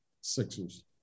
Sixers